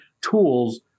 tools